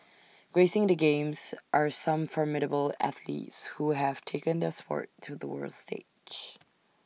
gracing the games are some formidable athletes who have taken their Sport to the world stage